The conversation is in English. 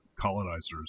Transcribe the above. colonizers